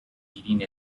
eating